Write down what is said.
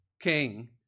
king